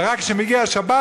ורק כשזה מגיע לשבת,